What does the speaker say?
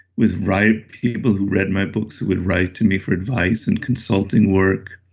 with right people who read my books who would write to me for advice and consulting work.